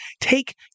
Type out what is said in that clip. take